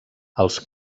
els